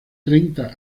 treinta